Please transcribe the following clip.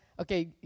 Okay